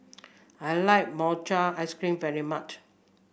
I like Mochi Ice Cream very much